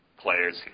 players